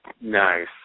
nice